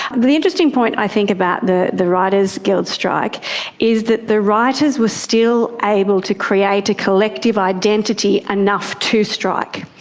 the the interesting point i think about the the writers guild strike is that the writers were still able to create a collective identity enough to strike.